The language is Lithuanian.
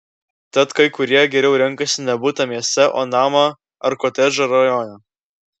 tad kai kurie geriau renkasi ne butą mieste o namą ar kotedžą rajone